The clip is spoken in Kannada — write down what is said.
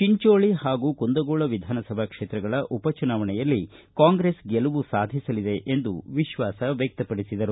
ಚಿಂಚೋಳ ಹಾಗೂ ಕುಂದಗೋಳ ವಿಧಾನಸಭಾ ಕ್ಷೇತ್ರಗಳ ಉಪಚುನಾವಣೆಯಲ್ಲಿ ಕಾಂಗ್ರೆಸ್ ಪಕ್ಷ ಗೆಲುವು ಸಾಧಿಸಲಿದೆ ಎಂದು ವಿಶ್ವಾಸ ವ್ಯಕ್ತಪಡಿಸಿದರು